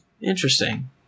interesting